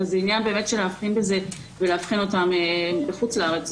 זה עניין של אבחון שלהם בחוץ לארץ.